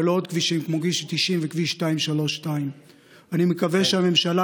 ולעוד כבישים כמו כביש 90 וכביש 232. אני מקווה שהממשלה,